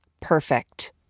Perfect